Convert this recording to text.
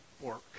work